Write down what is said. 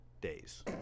days